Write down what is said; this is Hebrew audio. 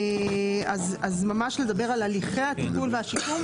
אז ממש לדבר על הליכי הטיפול והשיקום,